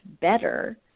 better